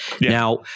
Now